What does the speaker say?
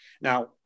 Now